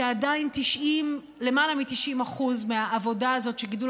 שעדיין למעלה מ-90% מהעבודה הזאת של גידול